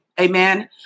Amen